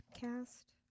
cast